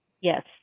yes